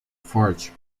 forte